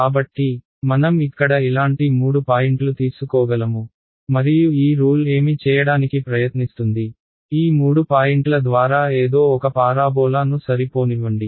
కాబట్టి మనం ఇక్కడ ఇలాంటి మూడు పాయింట్లు తీసుకోగలము మరియు ఈ రూల్ ఏమి చేయడానికి ప్రయత్నిస్తుంది ఈ మూడు పాయింట్ల ద్వారా ఏదో ఒక పారాబోలా ను సరి పోనివ్వండి